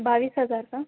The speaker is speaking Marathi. बावीस हजार का